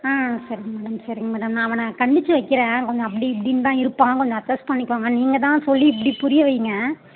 ஆ சரிங்க மேடம் சரிங்க மேடம் நான் அவனை கண்டிச்சு வைக்கிர கொஞ்சம் அப்படி இப்படின்னுதா இருப்பா கொஞ்சம் அட்ஜஸ்ட் பண்ணிக்கோங்க நீங்கள் தான் சொல்லி இப்படி புரிய வைங்க